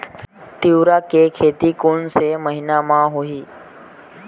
तीवरा के खेती कोन से महिना म होही?